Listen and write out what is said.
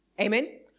Amen